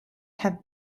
have